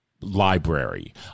library